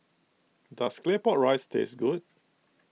does Claypot Rice taste good